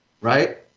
Right